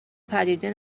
پدیده